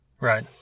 Right